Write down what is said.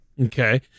Okay